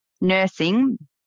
nursing